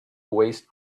waste